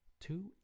two